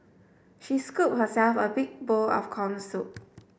she scooped herself a big bowl of corn soup